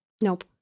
nope